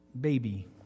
baby